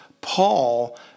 Paul